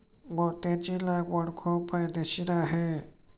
मोत्याची लागवड खूप फायदेशीर आहे